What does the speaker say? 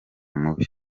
mubi